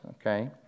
okay